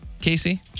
Casey